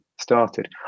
started